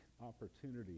opportunity